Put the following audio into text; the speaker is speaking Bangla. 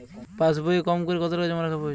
পাশবইয়ে কমকরে কত টাকা জমা রাখা প্রয়োজন?